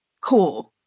cool